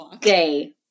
day